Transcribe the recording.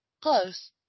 Close